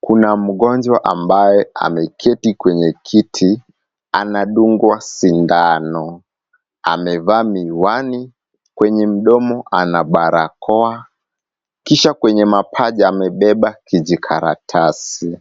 Kuna mgojwa ambaye ameketi kwenye kiti, anadungwa sindano, amevaa miwani, kwenye mdomo ana barakoa, kisha kwenye mapaja amebeba kijikaratasi.